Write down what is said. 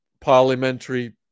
parliamentary